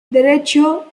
derecho